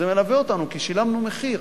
כי שילמנו מחיר.